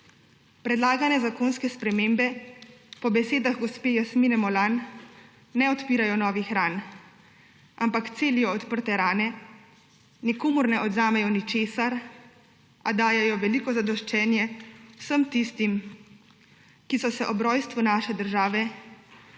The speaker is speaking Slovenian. Predlagane zakonske spremembe po besedah gospe Jasmine Molan ne odpirajo novih ran, ampak celijo odprte rane, nikomur ne odvzamejo ničesar, a dajejo veliko zadoščenje vsem tistim, ki so se ob rojstvu naše države